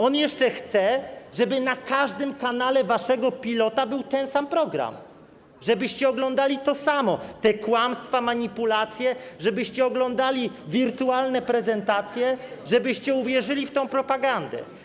On jeszcze chce, żeby na każdym kanale waszego pilota był ten sam program, żebyście oglądali to samo, te kłamstwa, manipulacje, żebyście oglądali wirtualne prezentacje, żebyście uwierzyli w tę propagandę.